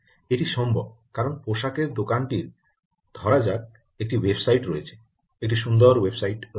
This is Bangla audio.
এটি সম্ভব কারণ পোশাকের দোকানটির ধরা যাক একটি ওয়েবসাইট রয়েছে একটি সুন্দর ওয়েবসাইট রয়েছে